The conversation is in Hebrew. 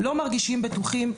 לא מרגישים בטוחים,